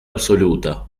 absoluta